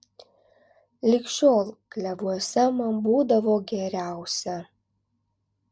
lig šiol klevuose man būdavo geriausia